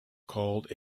called